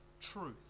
truth